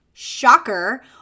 shocker